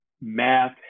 math